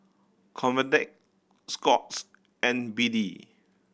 Convatec Scott's and B D